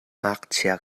ngakchia